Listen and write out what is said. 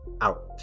out